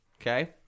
Okay